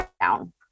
down